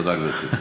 תודה, גברתי.